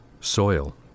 Soil